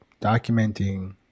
documenting